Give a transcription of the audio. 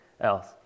else